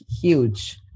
huge